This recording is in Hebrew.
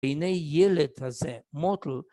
בעיניי ילד הזה, מוטל